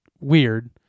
weird